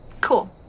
Cool